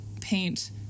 paint